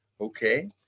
okay